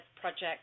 Project